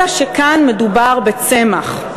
אלא שכאן מדובר בצמח,